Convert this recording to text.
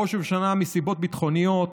בראש ובראשונה מסיבות ביטחוניות.